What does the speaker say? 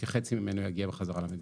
כחצי ממנו יגיע בחזרה למדינה,